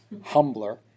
humbler